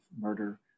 murder